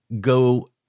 go